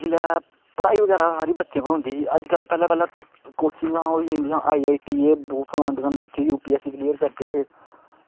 जेल्लै पढ़ाई बगैरा हर बच्चे पर होंदी अज्जकल पैह्ले पैह्ले कोचिंगां होई जंदिया ही आई आई टी एह् ओह् फलान टकान बच्चे गी ओह् के एस क्लियर करदे हे